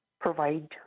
provide